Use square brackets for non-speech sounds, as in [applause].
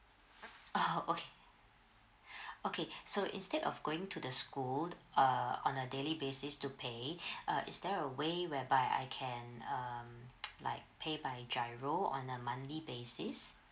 [laughs] oh okay [breath] okay so instead of going to the school uh on the daily basis to pay [breath] uh is there a way whereby I can um like pay by giro on a monthly basis